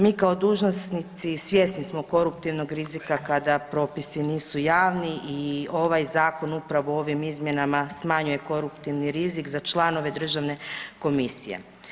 Mi kao dužnosnici svjesni smo koruptivnog rizika kada propisi nisu javni i ovaj zakon upravo ovim izmjenama smanjuje koruptivni rizik za članove državne komisije.